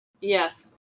Yes